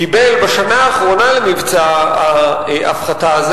קיבל בשנה האחרונה למבצע ההפחתה הזה